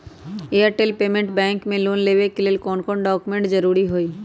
Airtel payments bank से loan लेवे के ले कौन कौन डॉक्यूमेंट जरुरी होइ?